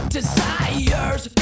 Desires